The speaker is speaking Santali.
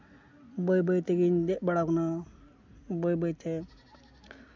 ᱵᱟᱹᱭ ᱵᱟᱹᱭ ᱛᱮᱜᱤᱧ ᱫᱮᱡ ᱵᱟᱲᱟᱣ ᱠᱟᱱᱟ ᱵᱟᱹᱭ ᱵᱟᱹᱭᱛᱮ